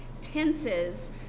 tenses